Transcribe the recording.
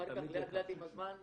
ואחר כך לאט לאט עם הזמן הסכימו.